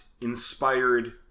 inspired